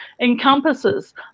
encompasses